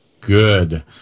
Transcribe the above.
Good